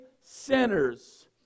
sinners